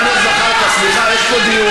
אותו דבר.